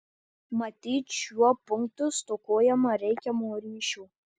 matyt šiuo punktu stokojama reikiamo ryšio